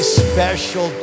special